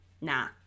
Nah